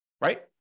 right